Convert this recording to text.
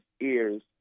ears